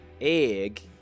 Egg